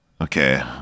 Okay